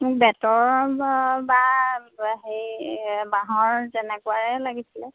বেতৰ বা হেৰি বাঁহৰ তেনেকুৱায়ে লাগিছিল